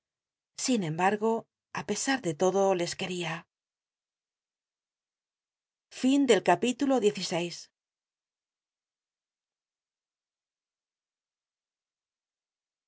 sin embargo i pesar de lodo les queria